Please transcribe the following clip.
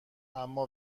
اما